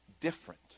different